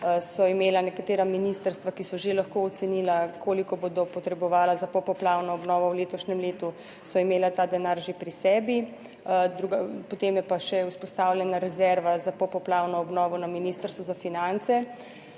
so imela nekatera ministrstva, ki so že lahko ocenila koliko bodo potrebovala za po poplavno obnovo v letošnjem letu, so imela ta denar že pri sebi. Potem je pa še vzpostavljena rezerva za popoplavno obnovo na Ministrstvu za finance.